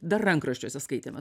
dar rankraščiuose skaitėme